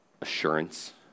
assurance